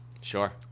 Sure